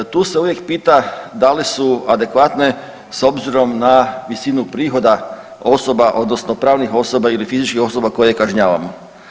Tu se uvijek pita da li se adekvatne s obzirom na visinu prihoda osoba odnosno pravnih osoba ili fizičkih osoba koje kažnjavamo.